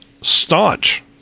staunch